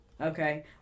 Okay